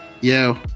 Yo